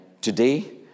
today